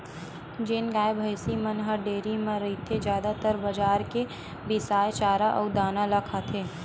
जेन गाय, भइसी मन ह डेयरी म रहिथे जादातर बजार के बिसाए चारा अउ दाना ल खाथे